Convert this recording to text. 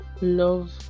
love